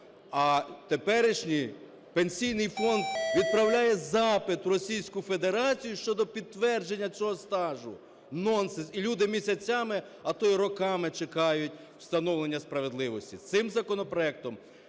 а теперішній Пенсійний фонд відправляє запит в Російську Федерацію щодо підтвердження цього стажу. Нонсенс! І люди місяцями, а то й роками чекають встановлення справедливості. Цим законопроектом